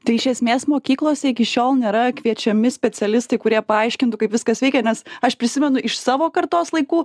tai iš esmės mokyklose iki šiol nėra kviečiami specialistai kurie paaiškintų kaip viskas veikia nes aš prisimenu iš savo kartos laikų